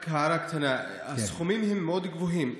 רק הערה קטנה, הסכומים הם מאוד גבוהים.